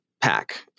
pack